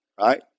right